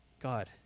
God